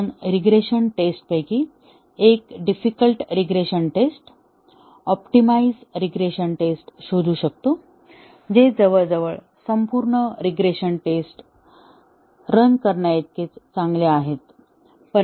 आपण रीग्रेशन टेस्टपैकी एक difficult regression test optimize regression test शोधू शकतो जे जवळजवळ संपूर्ण रीग्रेशन टेस्ट्स रन करण्याइतकेच चांगले आहेत